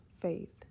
faith